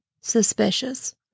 Suspicious